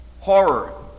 horror